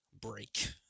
break